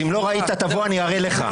אם לא ראית, תבוא, אני אראה לך.